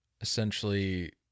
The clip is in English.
essentially